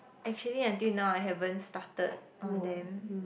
actually until now I haven't started on them